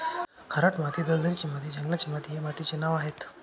खारट माती, दलदलीची माती, जंगलाची माती हे मातीचे नावं आहेत